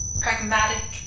pragmatic